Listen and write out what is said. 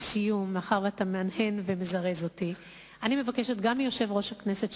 לסיום: אני מבקשת גם מיושב-ראש הכנסת,